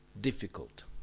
difficult